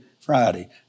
Friday